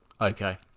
Okay